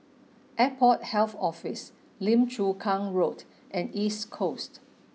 Airport Health Office Lim Chu Kang Road and East Coast